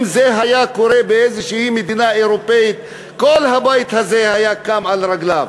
אם זה היה קורה באיזו מדינה אירופית כל הבית הזה היה קם על רגליו.